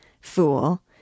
Fool